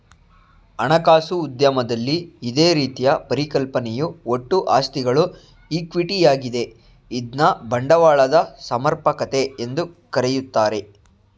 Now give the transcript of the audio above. ಹಣಕಾಸು ಉದ್ಯಮದಲ್ಲಿ ಇದೇ ರೀತಿಯ ಪರಿಕಲ್ಪನೆಯು ಒಟ್ಟು ಆಸ್ತಿಗಳು ಈಕ್ವಿಟಿ ಯಾಗಿದೆ ಇದ್ನ ಬಂಡವಾಳದ ಸಮರ್ಪಕತೆ ಎಂದು ಕರೆಯುತ್ತಾರೆ